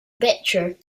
becher